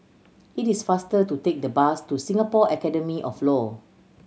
it is faster to take the bus to Singapore Academy of Law